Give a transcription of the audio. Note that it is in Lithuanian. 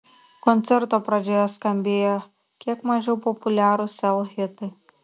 koncerto pradžioje skambėjo kiek mažiau populiarūs sel hitai